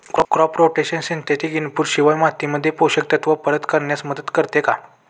Crop rotation synthetic input शिवाय मातीमध्ये पोषक तत्त्व परत करण्यास मदत करते का?